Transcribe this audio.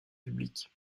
public